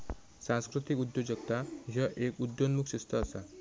सांस्कृतिक उद्योजकता ह्य एक उदयोन्मुख शिस्त असा